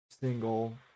single